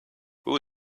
who